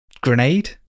grenade